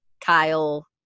Kyle